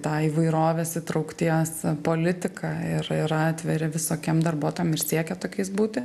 tą įvairovės įtraukties politiką ir yra atviri visokiem darbuotojam ir siekia tokiais būti